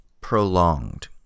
prolonged